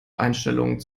einstellung